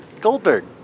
Goldberg